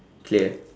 clear